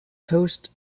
coast